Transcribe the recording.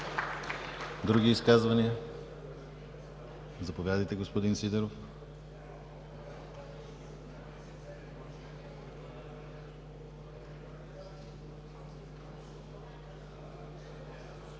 Други изказвания? Заповядайте, господин Сидеров.